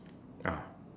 ya